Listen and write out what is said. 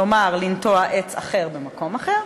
כלומר לנטוע עץ אחר במקום אחר,